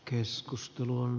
keskustelun